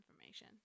information